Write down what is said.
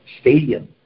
stadium